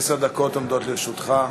עשר דקות עומדות לרשותך.